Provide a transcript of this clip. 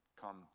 come